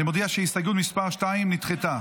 אני מודיע שהסתייגות מס' 2 נדחתה.